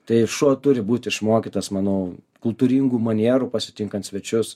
tai šuo turi būt išmokytas manau kultūringų manierų pasitinkant svečius